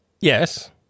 Yes